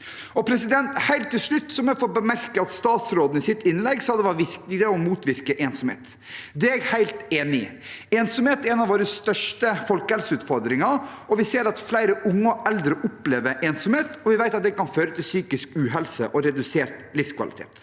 og familie. Helt til slutt må jeg få bemerke at statsråden i sitt innlegg sa det var viktig å motvirke ensomhet. Det er jeg helt enig i. Ensomhet er en av våre største folkehelseutfordringer. Vi ser at flere unge og eldre opplever ensomhet, og vi vet at det kan føre til psykisk uhelse og redusert livskvalitet.